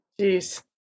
Jeez